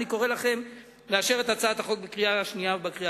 אני קורא לכם לאשר את הצעת החוק בקריאה שנייה ובקריאה